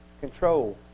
control